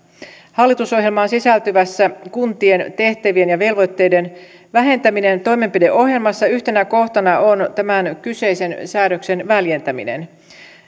hallitusohjelmaan sisältyvässä kuntien tehtävien ja velvoitteiden vähentäminen toimenpideohjelmassa yhtenä kohtana on tämän kyseisen säädöksen väljentäminen